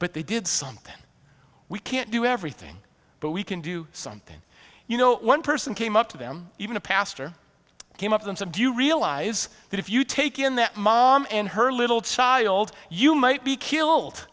but they did something we can't do everything but we can do something you know one person came up to them even a pastor came of them said do you realize that if you take in that mom and her little child you might be killed